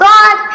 God